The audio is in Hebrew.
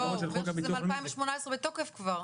הוא אומר שזה מ-2018 בתוקף כבר.